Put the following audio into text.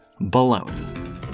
baloney